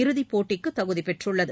இறுதிபோட்டிக்கு தகுதிப்பெற்றுள்ளது